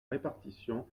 répartition